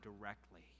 directly